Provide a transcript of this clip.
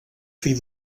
fill